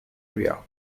area